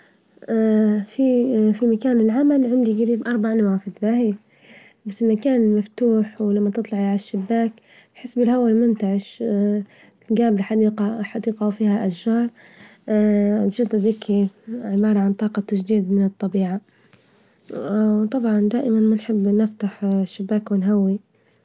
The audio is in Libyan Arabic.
في- في مكان العمل عندي جريب أربع نوافذ باهي مكان مفتوح، ولما تطلعي عالشباك تحس بالهوا المنتعش جام بحديقة حديقة وفيها أشجار جدة ذكي عبارة عن طاقة تجديد من الطبيعة، طبعا دائما بنحب نفتح الشباك ونهوي.